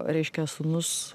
reiškia sūnus